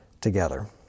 together